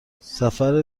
سفر